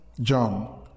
John